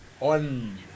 On